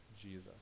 Jesus